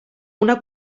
una